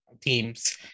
teams